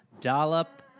dollop